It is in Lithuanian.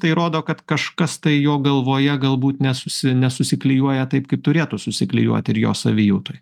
tai rodo kad kažkas tai jo galvoje galbūt nesusi nesusiklijuoja taip kaip turėtų susiklijuoti ir jo savijautoj